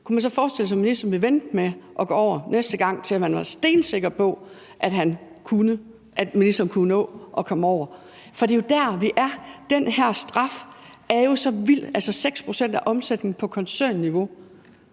kunne man så forestille sig, at ministeren ville vente med at gå over til næste gang, indtil han var stensikker på, at han kunne nå at komme over? For det er jo der, vi er. Den her straf er så vild. Altså, 6 pct. af omsætningen på koncernniveau